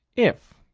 if,